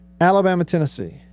Alabama-Tennessee